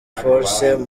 forces